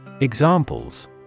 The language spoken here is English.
Examples